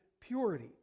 purity